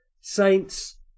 Saints